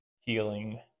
healing